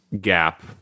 gap